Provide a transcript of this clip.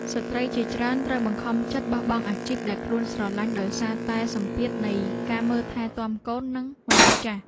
ស្ត្រីជាច្រើនត្រូវបង្ខំចិត្តបោះបង់អាជីពដែលខ្លួនស្រឡាញ់ដោយសារតែសម្ពាធនៃការមើលថែទាំកូននិងមនុស្សចាស់។